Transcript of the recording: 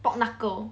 pork knuckle